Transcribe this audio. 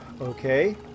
okay